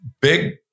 Big